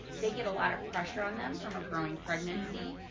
they get a lot of pressure on them from a growing pregnancy.